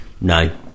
no